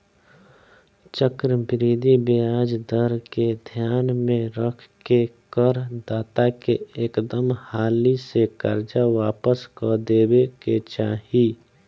चक्रवृद्धि ब्याज दर के ध्यान में रख के कर दाता के एकदम हाली से कर्जा वापस क देबे के चाही